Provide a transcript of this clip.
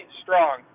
strong